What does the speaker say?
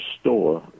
store